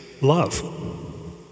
love